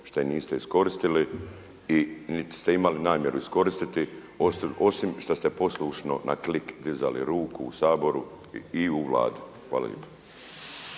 što je niste iskoristili niti ste imali namjeru iskoristiti osim što ste poslušno na klik dizali ruku u Saboru i u Vladi. Hvala